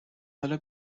حالا